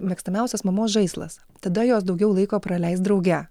mėgstamiausias mamos žaislas tada jos daugiau laiko praleis drauge